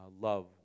love